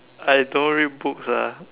I don't read books ah